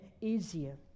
easier